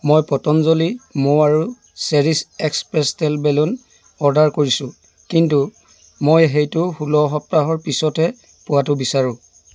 মই পতঞ্জলী মৌ আৰু Cherish X pastel balloon order কৰিছোঁ কিন্তু মই সেইটো ষোল্ল সপ্তাহৰ পিছতহে পোৱাটো বিচাৰোঁ